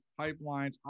pipelines